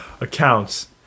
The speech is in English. accounts